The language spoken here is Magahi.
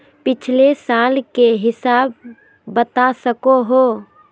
पिछला साल के हिसाब बता सको हो?